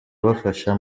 abafasha